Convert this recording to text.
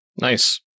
Nice